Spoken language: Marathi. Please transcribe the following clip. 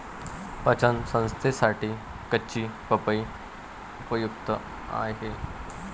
पचन संस्थेसाठी कच्ची पपई उपयुक्त आहे